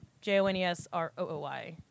J-O-N-E-S-R-O-O-Y